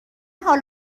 حال